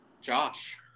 Josh